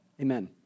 Amen